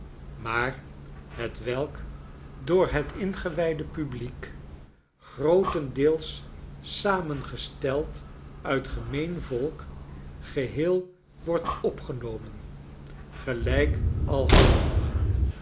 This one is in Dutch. maar hetwelk door het ingewijde publiek grootendeels samengesteld uit gemeen volk geheel wordt opgenomen gelijk al het andere